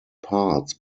parts